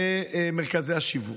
במרכזי השיווק.